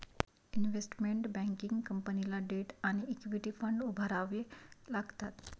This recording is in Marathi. इन्व्हेस्टमेंट बँकिंग कंपनीला डेट आणि इक्विटी फंड उभारावे लागतात